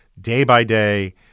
day-by-day